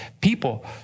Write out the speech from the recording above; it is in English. people